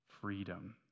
freedom